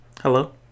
hello